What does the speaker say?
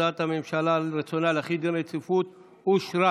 הודעת הממשלה על רצונה להחיל דין רציפות אושרה.